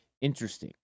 interesting